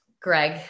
Greg